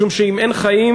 משום שאם אין חיים